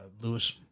Lewis